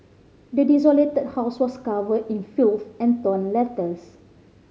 the desolated house was covered in filth and torn letters